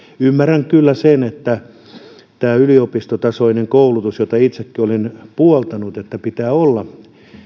ymmärrän kyllä sen että onhan tämä yliopistotasoinen koulutus jota itsekin olen puoltanut että pitää olla